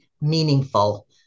meaningful